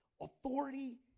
authority